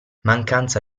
mancanza